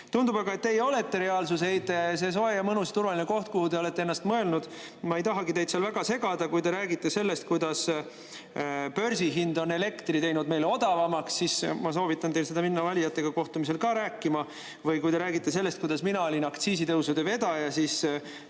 aga, et teie olete reaalsuse eitaja. See soe ja mõnus turvaline koht, kuhu te olete ennast mõelnud – ma ei tahagi teid seal väga segada, kui te räägite sellest, kuidas börsihind on elektri teinud meile odavamaks. Ma soovitan teil minna valijatega kohtumisel ka seda rääkima. Või kui te räägite sellest, kuidas mina olin aktsiisitõusude vedaja, siis